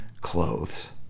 clothes